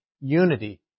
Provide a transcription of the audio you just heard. unity